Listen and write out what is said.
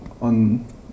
on